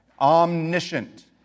Omniscient